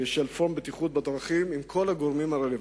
של פורום הבטיחות בדרכים עם כל הגורמים הרלוונטיים.